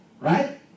right